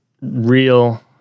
real